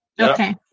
Okay